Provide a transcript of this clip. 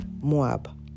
Moab